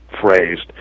phrased